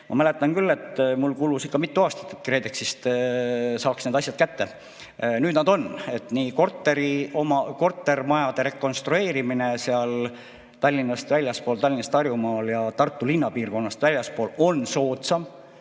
Ma mäletan küll, et mul kulus ikka mitu aastat, et KredExist saaks need asjad kätte. Nüüd nad on, nii et kortermajade rekonstrueerimine seal Tallinnast väljaspool, Harjumaal, ja Tartu linna piirkonnast väljaspool on soodsam,